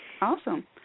Awesome